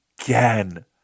again